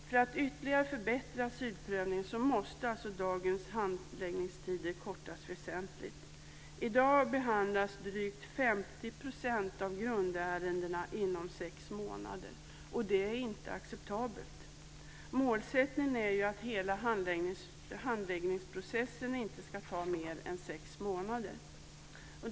För att ytterligare förbättra asylprövningen måste dagens handläggningstider kortas väsentligt. I dag behandlas drygt 50 % av grundärendena inom sex månader, och det är inte acceptabelt. Målsättningen är ju att hela handläggningsprocessen inte ska ta mer än sex månader.